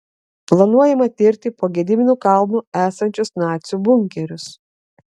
planuojama tirti po gedimino kalnu esančius nacių bunkerius